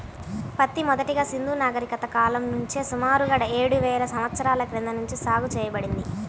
పత్తి మొదటగా సింధూ నాగరికత కాలం నుంచే సుమారుగా ఏడువేల సంవత్సరాల క్రితం నుంచే సాగు చేయబడింది